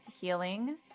healing